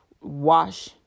wash